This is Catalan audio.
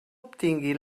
obtingui